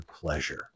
pleasure